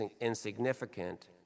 insignificant